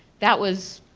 that was,